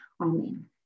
amen